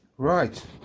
Right